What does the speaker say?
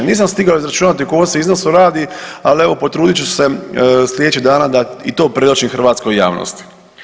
Nisam stigao izračunati o kolikom se iznosu radi, ali evo potrudit ću se sljedećih dana da i to predočim hrvatskoj javnosti.